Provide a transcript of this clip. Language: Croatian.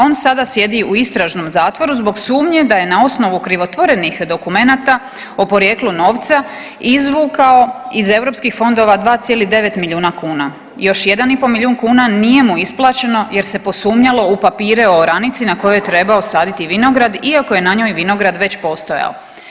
On sada sjedi u istražnom zatvoru zbog sumnje da je na osnovu krivotvorenih dokumenata o porijeklu novca izvukao iz eu fondova 2,9 milijuna kuna, još jedan i pol milijun kuna nije mu isplaćeno jer se posumnjalo u papire o oranici na kojoj je trebao saditi vinograd iako je na njoj vinograd već postojao.